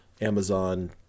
Amazon